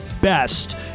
best